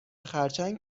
خرچنگ